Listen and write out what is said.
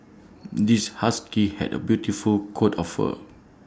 this husky had A beautiful coat of fur